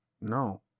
No